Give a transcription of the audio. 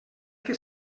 que